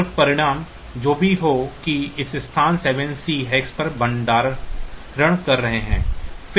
और परिणाम जो भी हो कि हम स्थान 7 C hex पर भंडारण कर रहे हैं